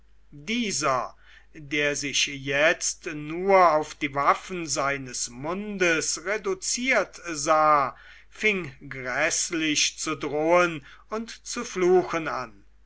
dieser der sich jetzt nur auf die waffen seines mundes reduziert sah fing gräßlich zu drohen und zu fluchen an